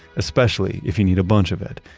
especially if you need a bunch of it.